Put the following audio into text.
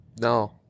no